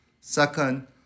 Second